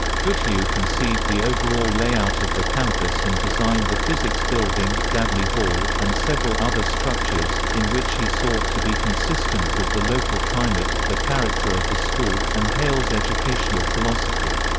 goodhue conceived the overall layout of the campus and designed the physics building, dabney hall, and several other structures, in which he sought to be consistent with the local climate, the character of the school, and hale's educational philosophy.